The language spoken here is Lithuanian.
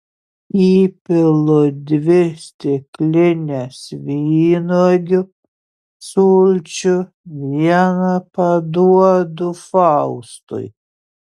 įpilu dvi stiklines vynuogių sulčių vieną paduodu faustui